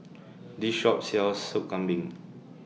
This Shop sells Sup Kambing